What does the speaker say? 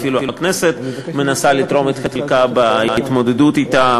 ואפילו הכנסת מנסה לתרום את חלקה בהתמודדות אתה.